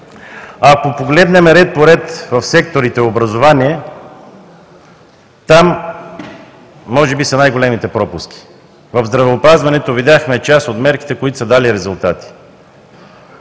Ако погледнем ред по ред в сектор „Образование“, там може би са най-големите пропуски. В здравеопазването видяхме част от мерките, които са дали резултати